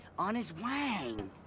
on his wang.